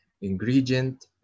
ingredient